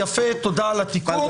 תודה על התיקון.